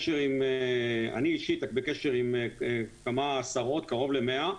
אני אישית בקשר עם כמה עשרות, קרוב ל-100,